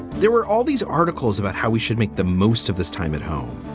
there were all these articles about how we should make the most of this time at home.